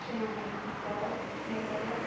केना हम की करब नहि करब